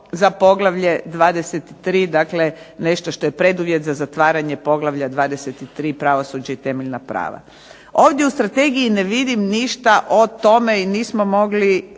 za poglavlje 23. Dakle, nešto što je preduvjet za zatvaranje poglavlja 23. – Pravosuđe i temeljna prava. Ovdje u Strategiji ne vidim ništa o tome i nismo mogli